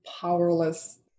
powerless